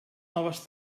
noves